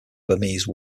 burmese